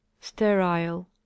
sterile